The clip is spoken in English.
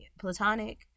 platonic